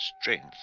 strength